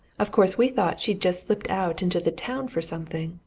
of course we thought she'd just slipped out into the town for something.